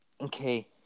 Okay